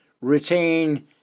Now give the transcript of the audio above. retain